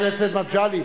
ברמת הכנסה של אירופה?